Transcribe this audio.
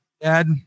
Dad